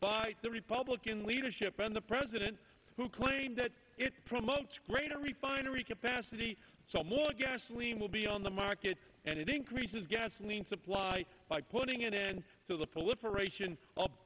by the republican leadership and the president who claimed that it promotes greater refinery capacity so more gasoline will be on the market and it increases gasoline supply by putting an end to the proliferation o